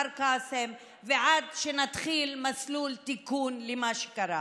קאסם ועד שנתחיל מסלול תיקון למה שקרה.